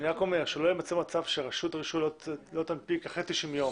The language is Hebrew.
שלא יהיה מצב שרשות הרישוי לא תנפיק אחרי 90 ימים